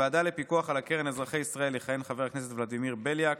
בוועדה לפיקוח על הקרן לאזרחי ישראל יכהן חבר הכנסת ולדימיר בליאק,